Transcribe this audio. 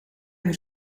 voor